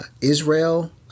Israel